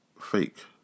fake